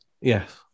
yes